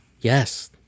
Yes